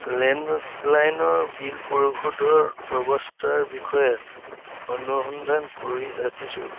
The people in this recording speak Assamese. লেণ্ডলাইনৰ বিল পৰিশোধৰ ব্য়ৱস্থাৰ বিষয়ে অনুসন্ধান কৰি আছোঁ